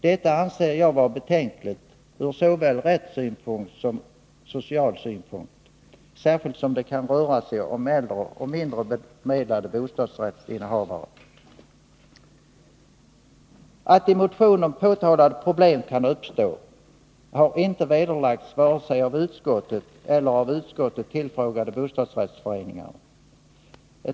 Detta anser jag vara betänkligt ur såväl rättssynpunkt som social synpunkt, särskilt som det kan röra sig om äldre och mindre bemedlade bostadsrättsinnehavare. Att i motionen påtalade problem kan uppstå har inte vederlagts vare sig av utskottet eller av utskottet tillfrågade bostadsrättsföreningar.